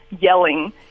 yelling